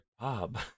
Bob